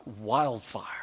wildfire